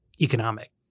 economic